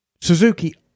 Suzuki